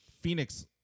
Phoenix